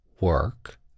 work